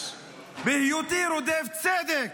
בהיותי רודף צדק,